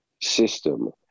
system